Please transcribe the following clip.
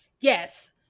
Yes